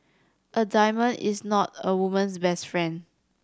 a diamond is not a woman's best friend